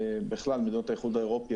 ובכלל מדינות האיחוד האירופי,